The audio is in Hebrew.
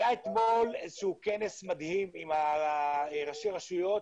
היה אתמול איזה שהוא כנס מדהים עם ראשי הרשויות,